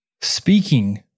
Speaking